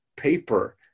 paper